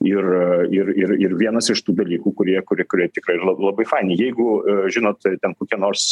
ir ir ir ir vienas iš tų dalykų kurie kurie kurie tikrai labai faini jeigu žinot ten kokie nors